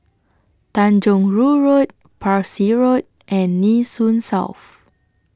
Tanjong Rhu Road Parsi Road and Nee Soon South